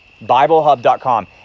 BibleHub.com